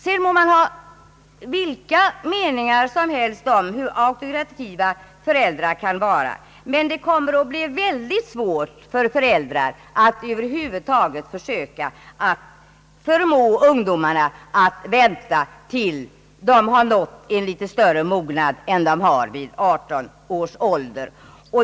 Man må ha vilka meningar som helst om hur auktoritativa föräldrar kan vara, men det kommer att bli svårt för föräldrar att förmå ungdomar att vänta tills de nått litet större mognad än vad de har vid 18 års ålder.